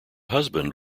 husband